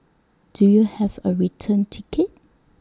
do you have A return ticket